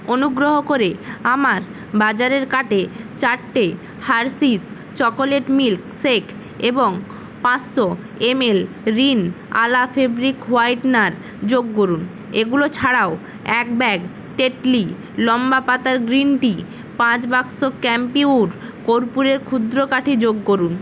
অনুগ্রহ করে আমার বাজারের কার্টে চারটে হার্শিস চকোলেট মিল্ক শেক এবং পাঁচশো M L Rin Ala fabric whitener যোগ করুন এগুলো ছাড়াও এক ব্যাগ টেটলি লম্বা পাতার গ্রিন টি পাঁচ বাক্স কর্পূর কর্পূরের ক্ষুদ্র কাঠি যোগ করুন